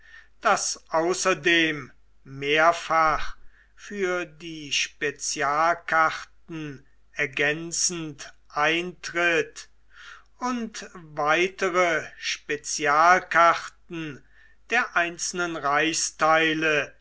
das außerdem mehrfach für die spezialkarten ergänzend eintritt und weiter spezialkarten der einzelnen reichsteile